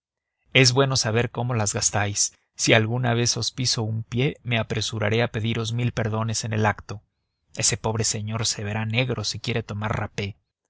es saber cómo las gastáis si alguna vez os piso un pie me apresuraré a pediros mil perdones en el acto ese pobre señor se verá negro si quiere tomar rapé